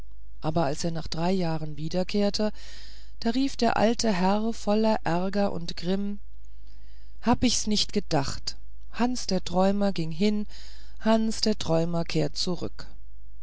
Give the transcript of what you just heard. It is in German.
aber als er nach drei jahren wiederkehrte da rief der alte herr voller ärger und grimm hab ich's nicht gedacht hans der träumer ging hin hans der träumer kehrt zurück